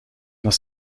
dans